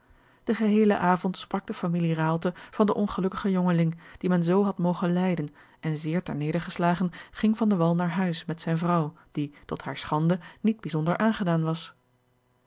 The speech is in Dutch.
den geheelen avond sprak de familie raalte van den ongelukkigen jongeling dien men zoo had mogen lijden en zeer ter nedergeslagen ging van de wall naar huis met zijne vrouw die tot hare schande niet bijzonder aangedaan was